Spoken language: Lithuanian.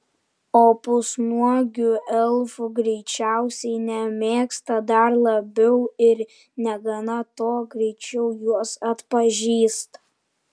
o pusnuogių elfų greičiausiai nemėgsta dar labiau ir negana to greičiau juos atpažįsta